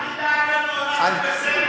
אל תדאג לנו, אנחנו בסדר.